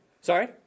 Sorry